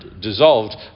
dissolved